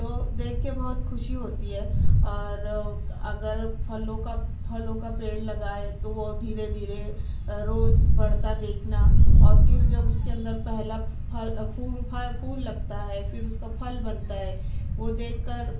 تو دیکھ کے بہت خوشی ہوتی ہے اور اگر پھلوں کا پھلوں کا پیڑ لگائے تو وہ دھیرے دھیرے روز بڑھتا دیکھنا اور پھر جب اس کے اندر پہلا پھل پھول پھول لگتا ہے پھر اس کا پھل بنتا ہے وہ دیکھ کر